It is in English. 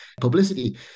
publicity